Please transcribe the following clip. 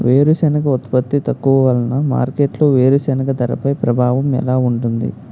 వేరుసెనగ ఉత్పత్తి తక్కువ వలన మార్కెట్లో వేరుసెనగ ధరపై ప్రభావం ఎలా ఉంటుంది?